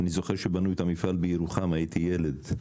אני זוכר שבנו את המפעל בירוחם, הייתי ילד.